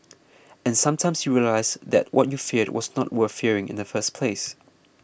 and sometimes you realise that what you feared was not worth fearing in the first place